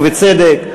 ובצדק,